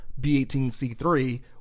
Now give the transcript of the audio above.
B18C3